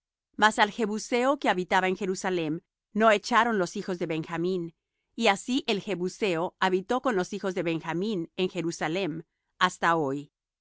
mas al jebuseo que habitaba en jerusalem no echaron los hijos de benjamín y así el jebuseo habitó con los hijos de benjamín en jerusalem hasta hoy